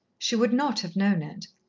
she would not have known it.